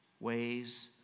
ways